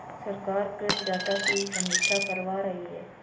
सरकार कृषि डाटा की समीक्षा करवा रही है